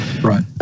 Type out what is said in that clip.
Right